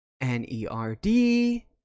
N-E-R-D